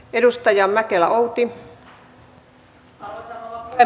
arvoisa rouva puhemies